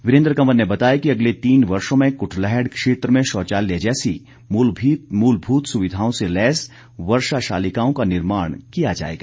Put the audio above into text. वीरेन्द्र कंवर ने बताया कि अगले तीन वर्षो में कुटलैहड़ क्षेत्र में शौचालय जैसी मूलभूत सुविधाओं से लैस वर्षा शालिकाओं का निर्माण किया जाएगा